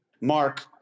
Mark